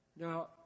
Now